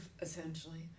essentially